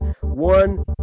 One